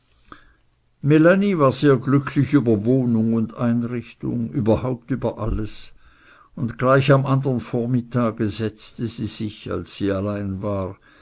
war sehr glücklich über wohnung und einrichtung überhaupt über alles und gleich am andern vormittage setzte sie sich als sie allein war